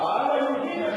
העם היהודי נכשל,